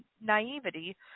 naivety